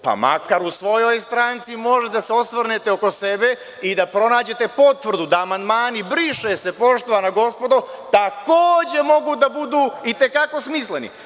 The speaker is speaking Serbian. Pa, makar u svojoj stranci možete da se osvrnete oko sebe i da pronađete potvrdu da amandmani „briše se“, poštovana gospodo, takođe mogu da budu i te kako smisleni.